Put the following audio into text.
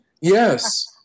Yes